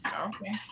Okay